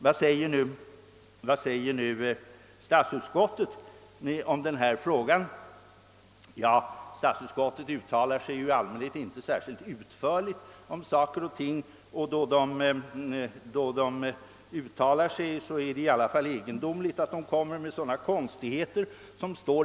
Vad säger statsutskottet om denna sak? Statsutskottet uttalar sig ju i allmänhet inte särskilt utförligt om saker och ting, men det är i alla fall egendomligt att det uttalar sig så konstigt som det har gjort i denna fråga.